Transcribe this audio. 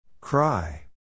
Cry